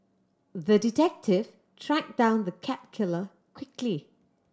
the detective tracked down the cat killer quickly